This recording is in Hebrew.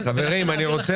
חברים, אני רוצה